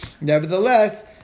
nevertheless